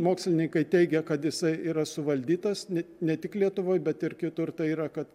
mokslininkai teigia kad jisai yra suvaldytas ne tik lietuvoj bet ir kitur tai yra kad